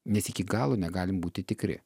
nes iki galo negalim būti tikri